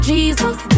Jesus